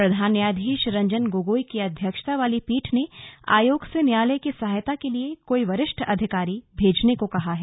प्रधान न्यायाधीश रंजन गोगोई की अध्यक्षता वाली पीठ ने आयोग से न्यायालय की सहायता के लिए कोई वरिष्ठ अधिकारी भेजने को कहा है